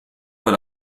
per